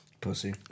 pussy